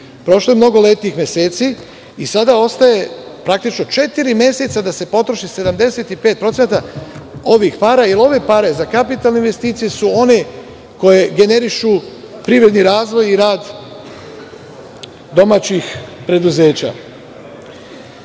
Prošlo je mnogo lepih meseci i sada ostaje praktično četiri meseca da se potroši 75% ovih para, jer ove pare za kapitalne investicije su one koje generišu privredni razvoj i rad domaćih preduzeća. Što